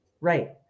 right